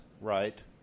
right